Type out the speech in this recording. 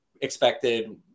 expected